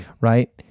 right